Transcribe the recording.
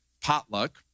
potluck